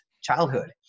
childhood